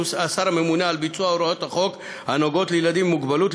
שהוא השר הממונה על קיום הוראות החוק הנוגעות לילדים עם מוגבלות,